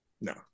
No